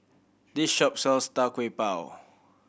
this shop sells Tau Kwa Pau